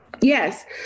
Yes